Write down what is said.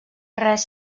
res